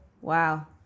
wow